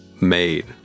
made